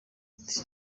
ati